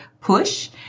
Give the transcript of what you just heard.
push